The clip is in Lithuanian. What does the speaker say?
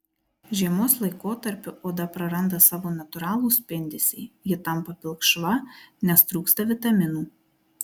žiemos laikotarpiu oda praranda savo natūralų spindesį ji tampa pilkšva nes trūksta vitaminų